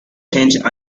changed